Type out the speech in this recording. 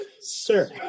sir